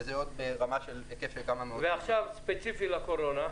וזה ברמה ובהיקף של עוד כמה מאות --- ועכשיו ספציפית לקורונה.